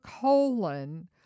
colon